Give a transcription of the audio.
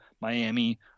miami